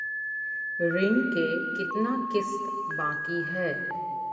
ऋण के कितना किस्त बाकी है?